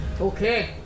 Okay